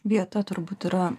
vieta turbūt yra